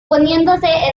poniéndose